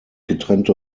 getrennte